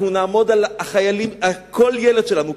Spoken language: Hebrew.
כל ילד שלנו,